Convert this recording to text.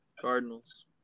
Cardinals